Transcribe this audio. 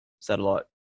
satellite